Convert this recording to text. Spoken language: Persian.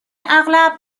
اغلب